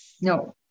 No